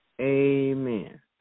Amen